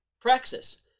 praxis